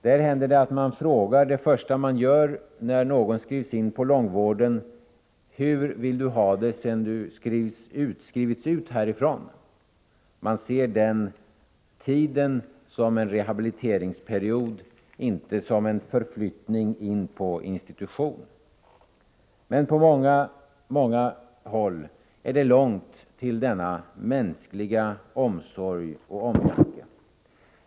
Där händer det att det första man frågar när någon skrivs in på långvården är: Hur vill du ha det sedan du skrivits ut härifrån? Man ser den tiden som en rehabiliteringsperiod, inte som en förflyttning in på institution. Men på många håll är det långt till denna mänskliga omsorg och omtanke.